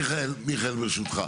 מיכאל ברשותך.